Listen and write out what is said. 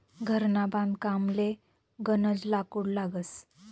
घरना बांधकामले गनज लाकूड लागस